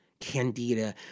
candida